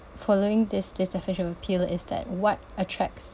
following this list of superficial appeal is that what attracts